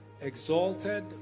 exalted